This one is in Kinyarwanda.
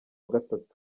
gatatu